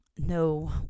No